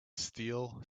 steel